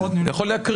אני יכול להקריא.